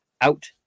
out